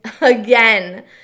again